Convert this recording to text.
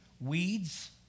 weeds